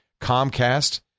Comcast